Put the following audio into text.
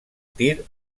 tir